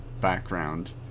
background